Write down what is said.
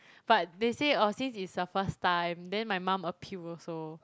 but they say oh since it's the first time then my mum appealed also